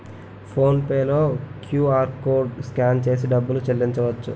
phone pay లో QR code scan చేసి డబ్బులు చెల్లించవచ్చు